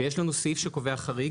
ויש לנו סעיף שקובע חריג,